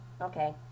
Okay